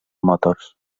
motors